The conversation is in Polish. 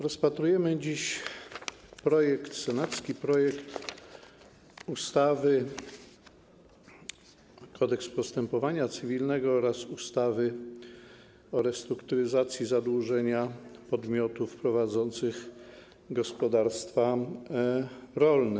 Rozpatrujemy dziś projekt senacki, projekt ustawy o zmianie ustawy - Kodeks postępowania cywilnego oraz ustawy o restrukturyzacji zadłużenia podmiotów prowadzących gospodarstwa rolne.